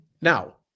now